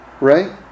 Right